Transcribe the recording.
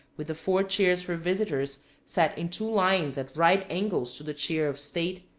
with the four chairs for visitors set in two lines at right angles to the chair of state,